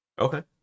Okay